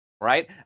right